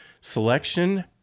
Selection